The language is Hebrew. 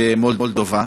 במולדובה.